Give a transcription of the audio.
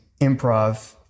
improv